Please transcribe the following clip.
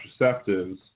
contraceptives